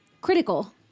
critical